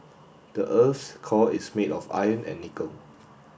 the earth's core is made of iron and nickel